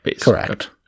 Correct